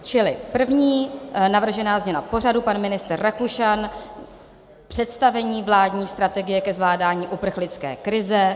Čili první navržená změna pořadu, pan ministr Rakušan, Představení vládní strategie ke zvládání uprchlické krize.